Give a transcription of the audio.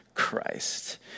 Christ